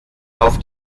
auf